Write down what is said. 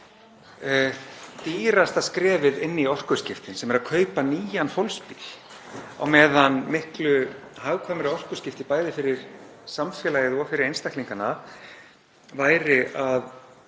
dýrasta skrefið inn í orkuskiptin, sem er að kaupa nýjan fólksbíl, á meðan miklu hagkvæmari orkuskipti, bæði fyrir samfélagið og einstaklingana, væri að